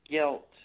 Guilt